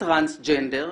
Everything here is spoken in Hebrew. כטרנסג'נדר,